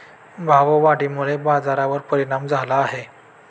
भाववाढीमुळे बाजारावर परिणाम झाला आहे